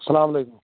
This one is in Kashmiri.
اسلام علیکم